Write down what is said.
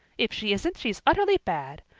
if she isn't she's utterly bad.